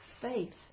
faith